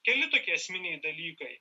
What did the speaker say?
keli tokie esminiai dalykai